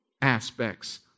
aspects